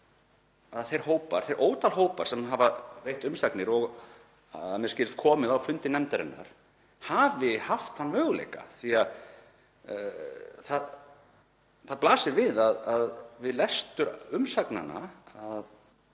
að þeir ótalmörgu hópar sem hafa veitt umsagnir, og að mér skilst komið á fundi nefndarinnar, hafi haft þann möguleika. Það blasir við við lestur umsagnanna